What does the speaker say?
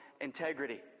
integrity